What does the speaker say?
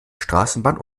straßenbahn